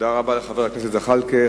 תודה רבה לחבר הכנסת זחאלקה.